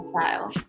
style